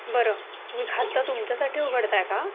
बरं तुम्ही खातं तुमच्यासाठी उघडत आहे का